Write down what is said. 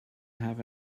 have